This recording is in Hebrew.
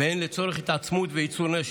והן לצורך התעצמות וייצור נשק,